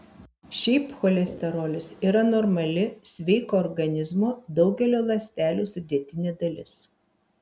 šiaip cholesterolis yra normali sveiko organizmo daugelio ląstelių sudėtinė dalis